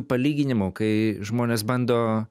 palyginimų kai žmonės bando